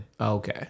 Okay